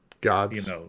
gods